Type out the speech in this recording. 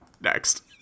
Next